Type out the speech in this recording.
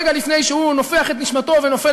רגע לפני שהוא נופח את נשמתו ונופל